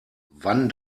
wann